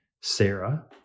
Sarah